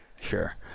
Sure